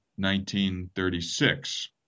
1936